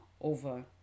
over